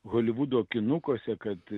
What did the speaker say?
holivudo kinukuose kad